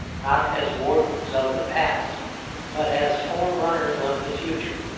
not as wardens of the past but as forerunners of the future.